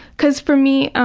because for me,